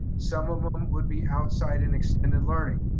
some of them would be outside in extended learning.